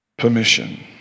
permission